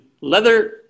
leather